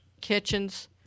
kitchens